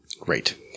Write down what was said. Great